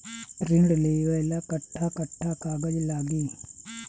ऋण लेवेला कट्ठा कट्ठा कागज लागी?